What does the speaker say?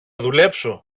δουλέψω